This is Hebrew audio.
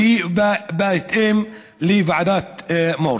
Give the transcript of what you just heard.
בהתאם לוועדת מור יוסף.